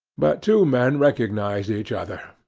but two men recognized each other,